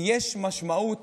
כי יש משמעות